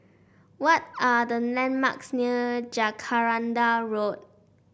what are the landmarks near Jacaranda Road